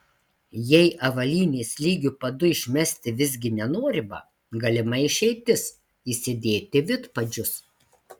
jei avalynės lygiu padu išmesti visgi nenorima galima išeitis įsidėti vidpadžius